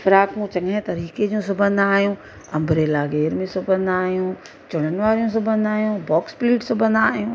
फ़्राकूं चङीअ तरीक़े जूं सुबंदा आहियूं अंब्रेला घेर में सुबंदा आहियूं चुणनि वारी सुबंदा आहियूं बॉक्स स्प्लिट सुबंदा आहियूं